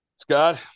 Scott